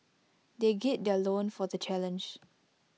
they gird their loins for the challenge